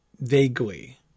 vaguely